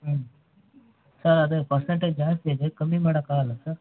ಹ್ಞೂ ಸರ್ ಅದೇ ಪರ್ಸೆಂಟೇಜ್ ಜಾಸ್ತಿ ಇದೆ ಕಮ್ಮಿ ಮಾಡಕ್ಕಾಗಲ್ವಾ ಸರ್